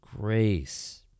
grace